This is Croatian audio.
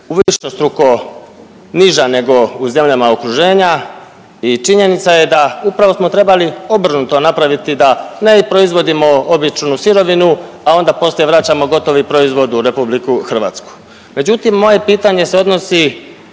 u višestruko niža nego u zemljama okruženja. I činjenica je da upravo smo trebali obrnuto napraviti da ne i proizvodimo običnu sirovinu, a onda poslije vraćamo gotovi proizvod u RH. Međutim, moje pitanje se odnosi